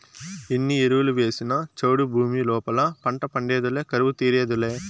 ఎన్ని ఎరువులు వేసినా చౌడు భూమి లోపల పంట పండేదులే కరువు తీరేదులే